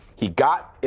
he got